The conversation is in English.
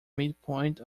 midpoint